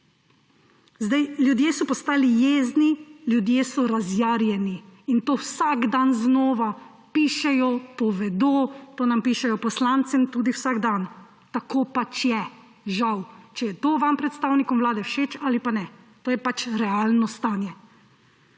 Ljudje so postali jezni, ljudje so razjarjeni in to vsak dan znova pišejo, povedo, to nam pišejo, poslancem, tudi vsak dan. Tako pač je. Žal. Če je to vam predstavnikom Vlade všeč ali pa ne. To je realno stanje.